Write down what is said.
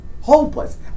Hopeless